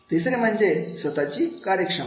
तिसरे म्हणजे स्वतःची कार्यक्षमता